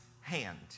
hand